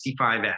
65X